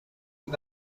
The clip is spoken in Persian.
این